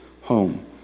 home